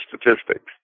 statistics